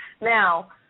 Now